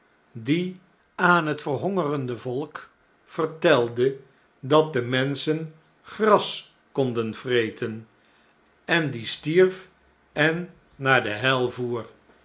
die aan het verhongerende volk vertelde dat de menschen gras ltonden vreten en die stierf en naar de hel voer